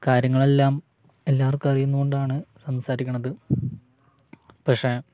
കാര്യങ്ങളെല്ലാം എല്ലാവർക്കും അറിയുന്നതുകൊണ്ടാണ് സംസാരിക്കുന്നത് പക്ഷേ